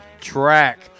track